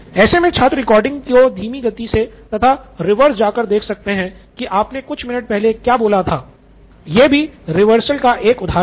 ऐसे मे छात्र रिकॉर्डिंग को धीमी गति से तथा रिर्वस जा कर देख सकते हैं कि आपने कुछ मिनट पहले क्या बोला था यह भी रिवेर्सल का एक उदाहरण है